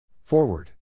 Forward